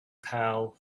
pal